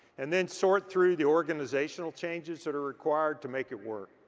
and then sort through the organizational changes that are required to make it work.